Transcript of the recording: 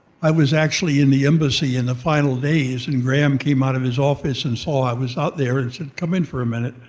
i was actually in the embassy in the final days when and graham came out of his office and saw i was out there and said come in for a minute.